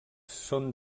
són